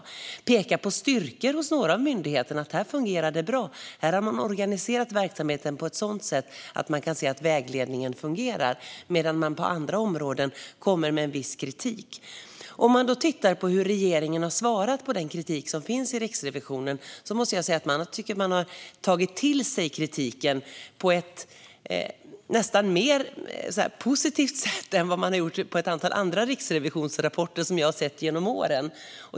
Man vill också peka på de styrkor som finns hos några av myndigheterna - här fungerar det bra, och man har organiserat verksamheten på ett sådant sätt att man kan se att vägledningen fungerar. På andra områden kommer Riksrevisionen med viss kritik. När det gäller hur regeringen har svarat på kritiken från Riksrevisionen tycker jag att man har tagit till sig kritiken på ett nästan mer positivt sätt än vad som varit fallet i samband med ett antal andra rapporter från Riksrevisionen som jag har sett genom åren.